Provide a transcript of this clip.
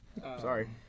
Sorry